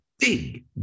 Big